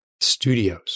studios